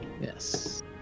Yes